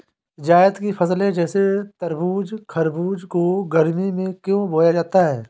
जायद की फसले जैसे तरबूज़ खरबूज को गर्मियों में क्यो बोया जाता है?